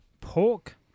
pork